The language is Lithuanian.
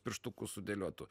pirštukus sudėliotų